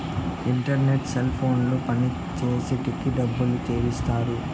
internet cell ఫోన్లు పనిచేసేకి డబ్బులు చెల్లిస్తారు